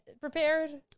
prepared